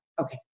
okay